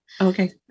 okay